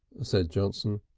said johnson.